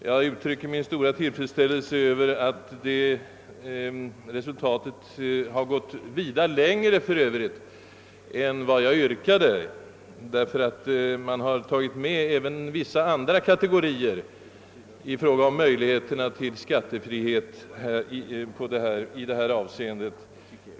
Jag uttrycker min stora tillfredsställelse över att den överenskommelsen för övrigt gick vida längre än vad jag yrkande, i det att man gett även vissa andra kategorier möjlighet till skattefrihet.